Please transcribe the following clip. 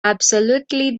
absolutely